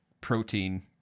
protein